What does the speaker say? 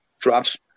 drops